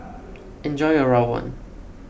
enjoy your Rawon